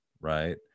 right